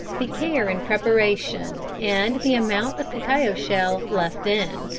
the care in preparation, and the amount of cacao shell left in.